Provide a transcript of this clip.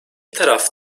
taraf